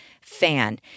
fan